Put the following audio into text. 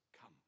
come